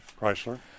Chrysler